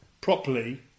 properly